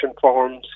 forms